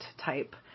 type